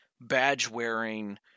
badge-wearing